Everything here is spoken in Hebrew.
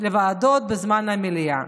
לוועדות בזמן המליאה,